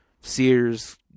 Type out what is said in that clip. sears